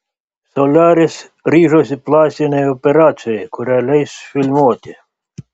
soliaris ryžosi plastinei operacijai kurią leis filmuoti